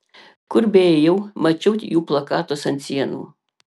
kur beėjau mačiau jų plakatus ant sienų